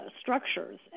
structures